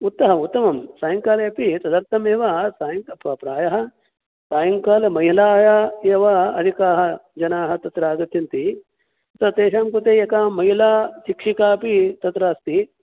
उत्तर उत्तमं सायङ्काले अपि तदर्थमेव सायं प्रायः सायङ्काले महिलायाः एव अधिकाः जनाः तत्र आगच्छन्ति त तेषां कृते एका महिला शिक्षिका अपि तत्र अस्ति